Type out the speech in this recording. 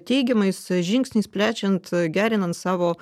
teigiamais žingsniais plečiant gerinant savo